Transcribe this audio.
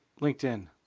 LinkedIn